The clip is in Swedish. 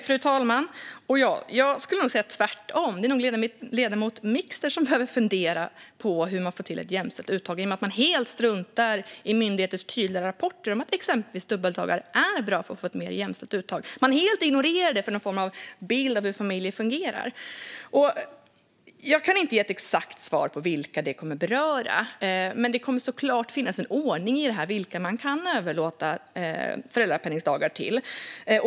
Fru talman! Jag skulle säga att det är tvärtom: Det är nog ledamoten Mixter som behöver fundera på hur man får till ett jämställt uttag. Hon struntar ju helt i myndigheters tydliga rapporter om att exempelvis dubbeldagar är bra för att få ett mer jämställt uttag. Hon ignorerar det helt för någon form av bild av hur familjer fungerar. Jag kan inte ge ett exakt svar om vilka det här kommer att beröra. Men det kommer såklart att finnas en ordning när det gäller vilka man kan överlåta föräldrapenningdagar till.